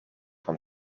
van